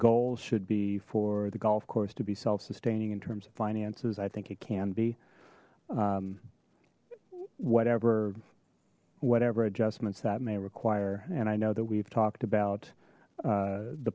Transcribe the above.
goal should be for the golf course to be self sustaining in terms of finances i think it can be whatever whatever adjustments that may require and i know that we've talked about